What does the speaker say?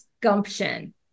gumption